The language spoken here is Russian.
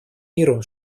миру